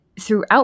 throughout